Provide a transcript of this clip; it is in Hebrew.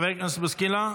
חבר הכנסת בוסקילה,